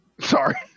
Sorry